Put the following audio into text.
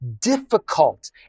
difficult